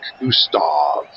Gustav